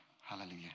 Hallelujah